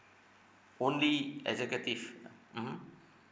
only executive ah mmhmm